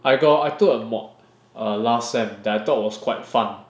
I got I took a mod err last sem that I thought was quite fun